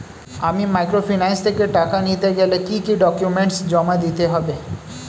আমি মাইক্রোফিন্যান্স থেকে টাকা নিতে গেলে কি কি ডকুমেন্টস জমা দিতে হবে?